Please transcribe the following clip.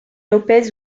lopez